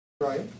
Right